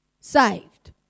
saved